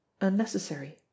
unnecessary